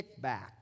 kickback